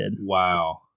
Wow